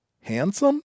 handsome